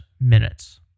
minutes